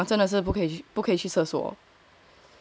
ya 消化不了真的是不可以不可以去厕所